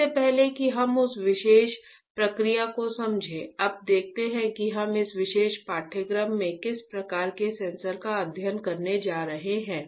इससे पहले कि हम उस विशेष प्रक्रिया को समझें अब देखते हैं कि हम इस विशेष पाठ्यक्रम में किस प्रकार के सेंसर का अध्ययन करने जा रहे हैं